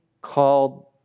called